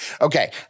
Okay